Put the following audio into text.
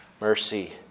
mercy